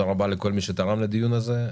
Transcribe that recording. ודה רבה לכל מי שתרם לדיון הזה.